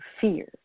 fear